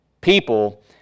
people